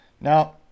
Now